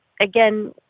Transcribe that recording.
again